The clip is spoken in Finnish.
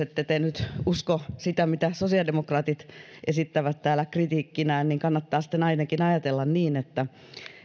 ette te nyt usko sitä mitä sosiaalidemokraatit esittävät täällä kritiikkinä niin kannattaa sitten ainakin ajatella sitä että